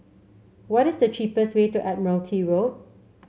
what is the cheapest way to Admiralty Road